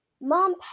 Mom